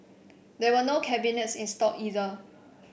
there were no cabinets installed either